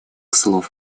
слов